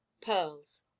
pearls